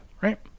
right